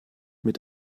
mit